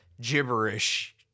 gibberish